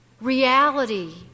reality